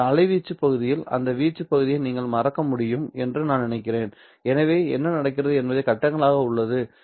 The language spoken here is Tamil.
அலைவீச்சு பகுதியில் அந்த வீச்சு பகுதியை நீங்கள் மறக்க முடியும் என்று நான் நினைக்கிறேன் எனவே என்ன நடக்கிறது என்பது கட்டங்களாக உள்ளது